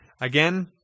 Again